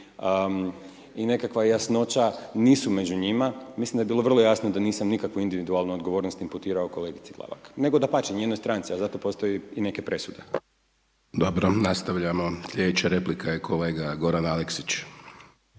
i nekakav jasnoća nisu među njima, mislim da je bilo vrlo jasno, da nisam nikakvu individualnu odgovornost imputirao kolegice Glavak, nego dapače, nije na stranci, ali zato postoje neke presude. **Hajdaš Dončić, Siniša (SDP)** Dobro, nastavljamo, sljedeća, replika je kolega Goran Aleksić.